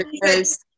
because-